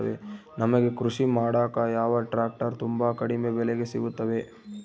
ನಮಗೆ ಕೃಷಿ ಮಾಡಾಕ ಯಾವ ಟ್ರ್ಯಾಕ್ಟರ್ ತುಂಬಾ ಕಡಿಮೆ ಬೆಲೆಗೆ ಸಿಗುತ್ತವೆ?